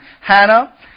Hannah